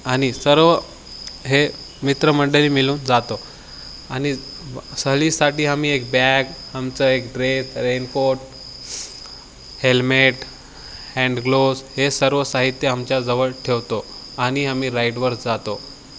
आणि सर्व हे मित्रमंडळी मिळून जातो आणि सहलीसाठी आम्ही एक बॅग आमचं एक ड्रेस रेनकोट हेल्मेट हँडग्लोज हे सर्व साहित्य आमच्या जवळ ठेवतो आणि आम्ही राईडवर जातो